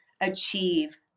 achieve